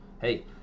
hey